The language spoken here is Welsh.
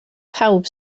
pawb